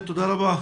תודה רבה.